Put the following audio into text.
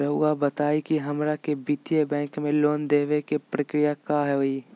रहुआ बताएं कि हमरा के वित्तीय बैंकिंग में लोन दे बे के प्रक्रिया का होई?